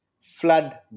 Flood